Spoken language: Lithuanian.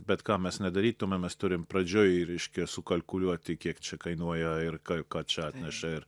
bet ką mes nedarytume mes turime pradžioj reiškia sukalkuliuoti kiek čia kainuoja ir ką ką čia atneša ir